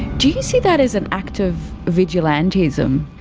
do you see that as an act of vigilantism?